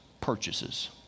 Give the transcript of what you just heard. purchases